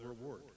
reward